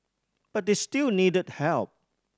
but they still needed help